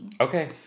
Okay